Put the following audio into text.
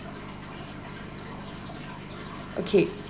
okay